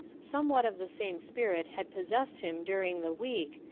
somewhat of the same spirit had possessed him during the week,